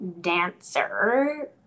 dancer